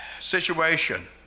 situation